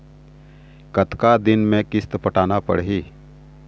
कतका दिन के किस्त पटाना पड़ही?